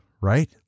right